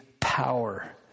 power